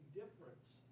difference